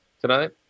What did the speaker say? tonight